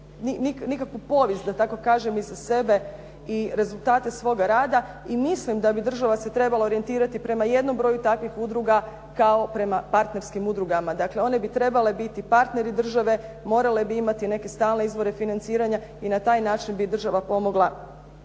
nikakvu povijest da tako kažem iza sebe i rezultate svoga rada i mislim da bi država se trebala orijentirati prema jednom broju takvih udruga kao prema partnerskim udrugama. Dakle, one bi trebale biti partneri države, morale bi imati neke stalne izvore financiranja i na taj način bi država pomogla